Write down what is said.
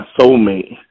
soulmate